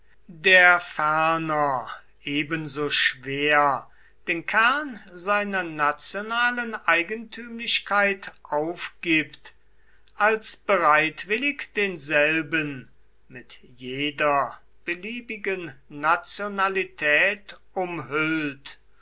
der ferner ebenso schwer den kern seiner nationalen eigentümlichkeit aufgibt als bereitwillig denselben mit jeder beliebigen nationalität umhüllt